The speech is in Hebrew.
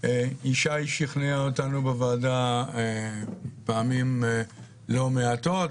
ישי שרון וחגית ויואב שכנעו אותנו בוועדה פעמים לא מעטות,